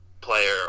player